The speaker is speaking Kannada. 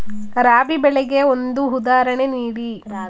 ರಾಬಿ ಬೆಳೆಗೆ ಒಂದು ಉದಾಹರಣೆ ನೀಡಿ